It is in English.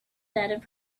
flattened